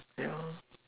yeah